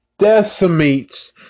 Decimates